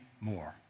more